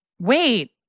Wait